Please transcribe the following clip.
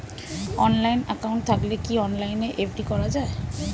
Online account থাকলে কি অনলাইনে এফ.ডি করা যায়?